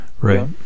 Right